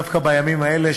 דווקא בימים האלה,